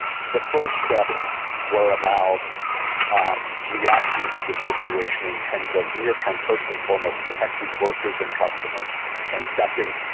the first steps were about um reacting to the situation in terms of near-term, first and foremost, protecting workers and customers and second,